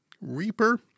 Reaper